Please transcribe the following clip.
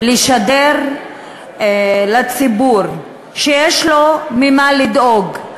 לשדר לציבור שיש לו ממה לדאוג,